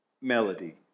melody